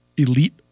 elite